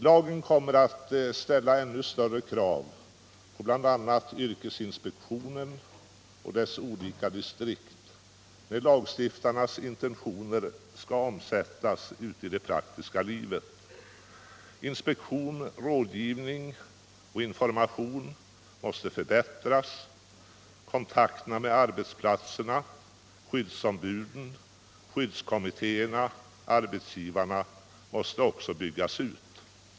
Det kommer att ställas ännu större krav på bl.a. yrkesinspektionen och dess olika distrikt, när lagstiftarnas intentioner skall omsättas i det praktiska livet. Inspektion, rådgivning och information måste förbättras, kontakterna med arbetsplatserna, skyddsombuden, skyddskommittéerna och arbetsgivarna måste byggas ut.